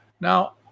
Now